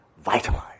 vitalize